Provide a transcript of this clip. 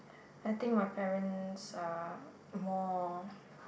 I think my parents are more